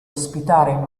ospitare